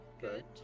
Good